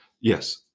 yes